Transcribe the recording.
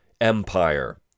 empire